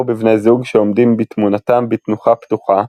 בבני זוג שעומדים בתמונתם ב"תנוחה פתוחה,